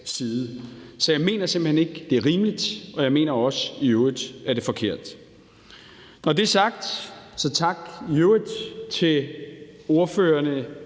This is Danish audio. side. Så jeg mener simpelt hen ikke, at det er rimeligt, og jeg mener i øvrigt også, at det er forkert. Når det er sagt, vil jeg i øvrigt gerne